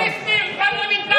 אל תאיים עליו.